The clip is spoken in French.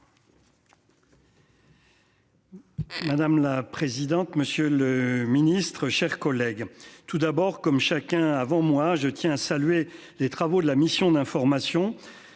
Madame la présidente. Monsieur le Ministre, chers collègues. Tout d'abord comme chacun avant moi je tiens à saluer les travaux de la mission d'information.